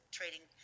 trading